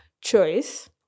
choice